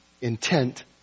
intent